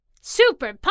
Super